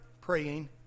praying